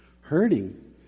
hurting